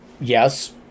Yes